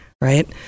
Right